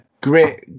great